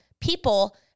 people